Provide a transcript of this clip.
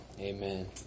Amen